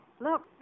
Look